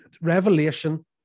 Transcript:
revelation